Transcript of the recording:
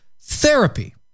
therapy